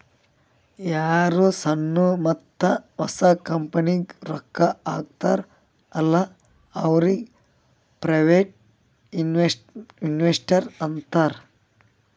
ಯಾರು ಸಣ್ಣು ಮತ್ತ ಹೊಸ ಕಂಪನಿಗ್ ರೊಕ್ಕಾ ಹಾಕ್ತಾರ ಅಲ್ಲಾ ಅವ್ರಿಗ ಪ್ರೈವೇಟ್ ಇನ್ವೆಸ್ಟರ್ ಅಂತಾರ್